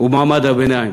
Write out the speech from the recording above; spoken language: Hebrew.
ובמעמד הביניים.